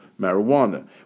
marijuana